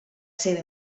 seva